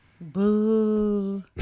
Boo